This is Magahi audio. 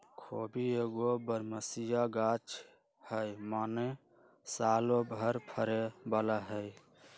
खोबि एगो बरमसिया ग़ाछ हइ माने सालो भर फरे बला हइ